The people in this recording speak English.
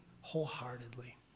wholeheartedly